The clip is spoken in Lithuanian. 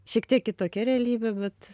šiek tiek kitokia realybė bet